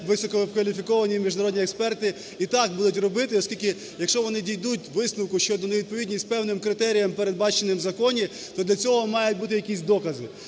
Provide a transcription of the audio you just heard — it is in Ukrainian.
висококваліфіковані міжнародні експерти і так будуть робити, оскільки, якщо вони дійдуть висновку щодо невідповідності певним критеріям, передбаченим в законі, то для цього мають бути якісь докази.